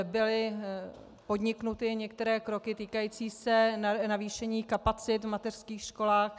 Byly podniknuty některé kroky týkající se navýšení kapacit v mateřských školách.